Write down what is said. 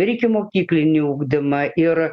ir ikimokyklinį ugdymą ir